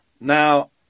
Now